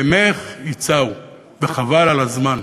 ממך יצאו", וחבל על הזמן.